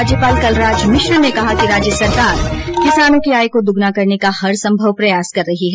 राज्यपाल कलराज मिश्र ने कहा कि राज्य सरकार किसानों की आय को दुगुना करने का हर संभव प्रयास कर रही है